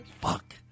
Fuck